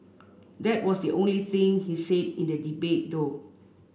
that was the only thing he said in the debate though